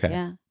yeah.